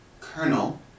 Colonel